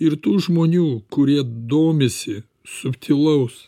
ir tų žmonių kurie domisi subtilaus